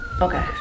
Okay